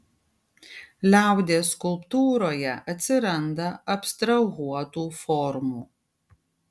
liaudies skulptūroje atsiranda abstrahuotų formų